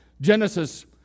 Genesis